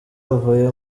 avuye